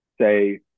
say